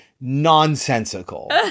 nonsensical